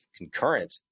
concurrent